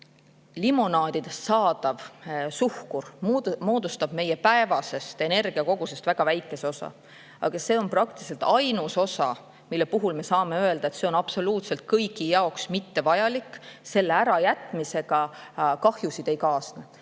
limonaadist saadav suhkur moodustab meie päevasest energiakogusest väga väikese osa, aga see on praktiliselt ainus osa, mille kohta me saame öelda, et see on absoluutselt kõigi jaoks mittevajalik, selle ärajätmisega kahjusid ei kaasne.